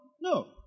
No